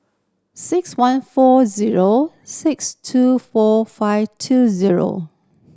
six one four zero six two four five two zero